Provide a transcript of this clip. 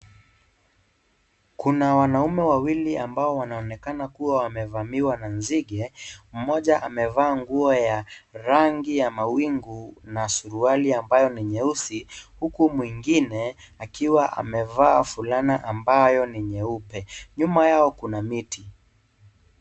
Kuna wanaume wawili ambao wanaonekana kuwa wamevamiwa na nzige. Moja amevaa nguo ya rangi ya mawingu na suruali ambayo ni nyeusi huku mwengine akiwa amevaa fulana ambayo ni nyeupe. Nyuma yao kuna miti.